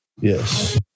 Yes